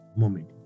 moment